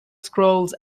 scrolls